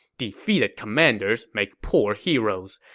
defeated commanders make poor heroes,